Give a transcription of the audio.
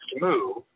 move